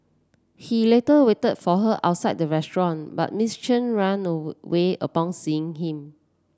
he later waited for her outside the restaurant but Miss Chen ran away upon seeing him